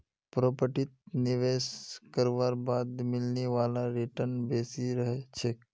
प्रॉपर्टीत निवेश करवार बाद मिलने वाला रीटर्न बेसी रह छेक